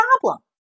problem